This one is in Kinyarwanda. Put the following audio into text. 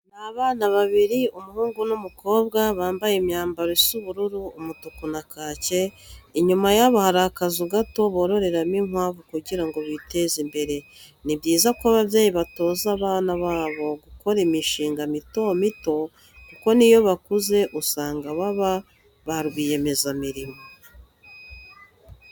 Ni abana babiri, umuhungu n'umukobwa, bambaye imyambaro isa ubururu, umutuku na kake. Inyuma yabo hari akazu gato bororeramo inkwavu kugira ngo biteze imbere. Ni byiza ko ababyeyi batoza abana babo gukora imishinga mito mito kuko n'iyo bakuze usanga baba ba rwiyemezamirimo.